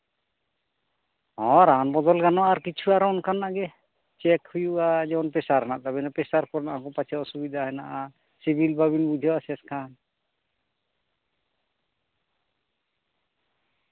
ᱦᱚᱸ ᱨᱟᱱ ᱵᱚᱫᱚᱞ ᱜᱟᱱᱚᱜᱼᱟ ᱟᱨ ᱠᱤᱪᱷᱩ ᱚᱱᱠᱟᱱᱟᱜ ᱜᱮ ᱪᱮᱠ ᱦᱩᱭᱩᱜᱼᱟ ᱡᱮᱢᱚᱱ ᱯᱮᱥᱟᱨ ᱦᱮᱱᱟᱜ ᱛᱟᱵᱤᱱᱟ ᱯᱮᱥᱟᱨ ᱨᱮᱱᱟᱜ ᱦᱚᱸ ᱯᱟᱪᱮᱫ ᱚᱥᱩᱵᱤᱫᱟ ᱦᱮᱱᱟᱜᱼᱟ ᱥᱤᱵᱤᱞ ᱵᱟᱵᱤᱱ ᱵᱩᱡᱷᱟᱹᱣᱮᱫ ᱥᱮᱥ ᱠᱷᱟᱱ